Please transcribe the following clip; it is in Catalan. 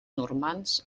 normands